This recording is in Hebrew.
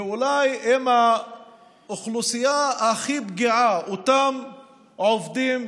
ואולי הם האוכלוסייה הכי פגיעה, אותם עובדים,